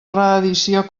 reedició